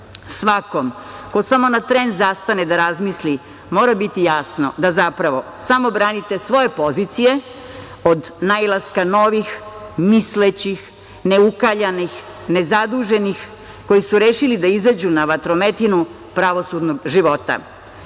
države. Svakom ko samo na tren zastane da razmisli mora biti jasno da, zapravo, samo branite svoje pozicije od nailaska novih, neukaljanih, nezaduženih, koji su rešili da izađu na vatrometinu pravosudnog života. Nije